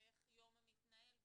איך יום מתנהל,